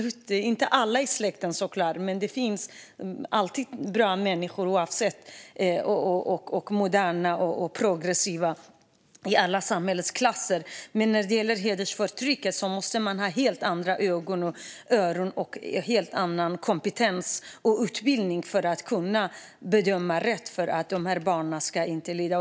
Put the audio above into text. Det gäller såklart inte alla i släkten, för det finns alltid bra, moderna och progressiva människor i alla samhällsklasser. När det gäller hedersförtrycket måste man ha helt andra ögon och öron och en helt annan kompetens. Det behövs utbildning för att kunna göra rätt bedömningar. Dessa barn ska inte lida.